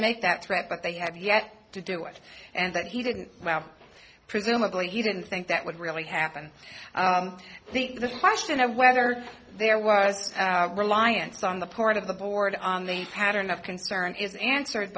make that threat but they have yet to do it and that he didn't presumably he didn't think that would really happen the question of whether there was a reliance on the part of the board pattern of concern is answered